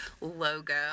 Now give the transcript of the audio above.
logo